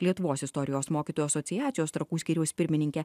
lietuvos istorijos mokytojų asociacijos trakų skyriaus pirmininkė